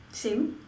same